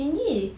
tinggi